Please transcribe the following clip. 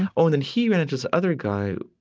and ah and then he ran into this other guy,